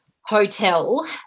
hotel